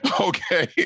Okay